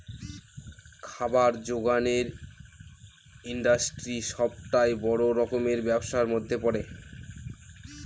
খাবার জোগানের ইন্ডাস্ট্রি সবটাই বড় রকমের ব্যবসার মধ্যে পড়ে